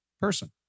person